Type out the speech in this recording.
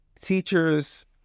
teachers